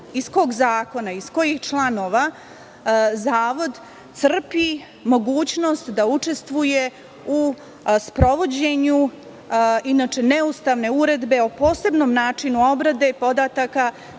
iz kog zakona, iz kojih članova Zavod crpi mogućnost da učestvuje u sprovođenju inače neustavne Uredbe o posebnom načinu obrade podataka